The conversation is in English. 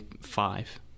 five